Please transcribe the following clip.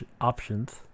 options